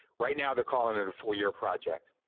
right now they're calling it a four year project.